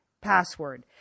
password